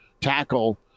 tackle